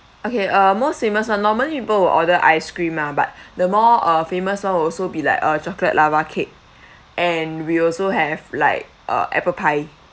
okay uh most famous [one] normally people will order ice cream ah but the more uh famous [one] will also be like uh chocolate lava cake and we also have like uh apple pie